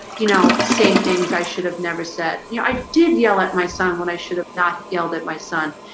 you know say things i should have never said, you know i did yell at my son when i should have not yelled at my son.